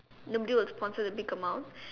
nobody will sponsor the big amount